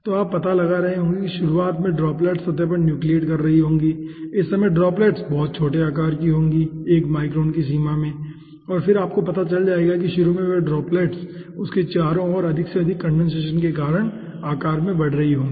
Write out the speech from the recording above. तो आप पता लगा रहे होंगे कि शुरुआत में ड्रॉप्लेट्स सतह पर न्यूक्लियेट कर रही होगी इस समय ड्रॉपलेट बहुत छोटे आकार की होगी एक माइक्रोन की सीमा में और फिर आपको पता चल जाएगा कि शुरू में वे ड्रॉप्लेट्स उसके चारों ओर अधिक से अधिक कंडेनसेशन के कारण आकार में बढ़ रही होंगी